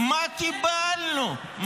מה קיבלנו?